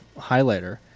highlighter